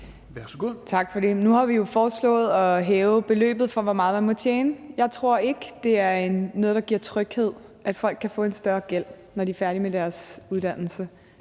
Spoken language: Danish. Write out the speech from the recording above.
Nu har vi jo foreslået at hæve beløbet for, hvor meget man må tjene. Jeg tror ikke, det er noget, der giver tryghed, at folk kan få en større gæld, når de er færdige med deres uddannelse.